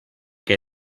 que